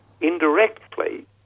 indirectly